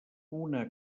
una